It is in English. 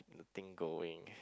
the thing going